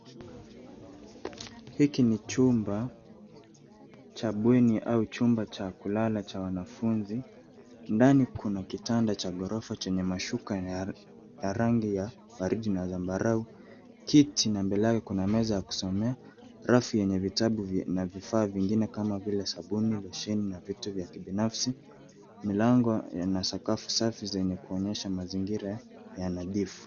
Hiki ni chumba cha bweni au chumba cha kulala cha wanafunzi. Ndani kuna kitanda cha ghorofa chenye mashuka ya rangi ya waridi na zambarau. Kiti na mbele yao kuna meza ya kusomea. Rafu yenye vitabu na vifaa vingine kama vile sabuni, losheni na vitu vya kibinafsi. Milango yana sakafu safi yenye kuonyesha mazingira ya nadhifu.